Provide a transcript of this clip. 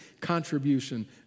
contribution